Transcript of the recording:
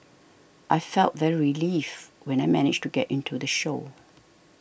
I felt very relieved when I managed to get into the show